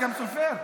גם סופר.